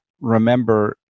remember